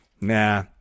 Nah